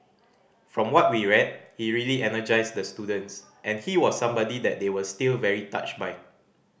from what we read he really energised the students and he was somebody that they were still very touched by